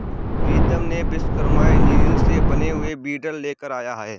प्रीतम ने विश्वकर्मा इंजीनियरिंग से बने हुए वीडर लेकर आया है